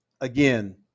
again